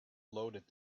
loaded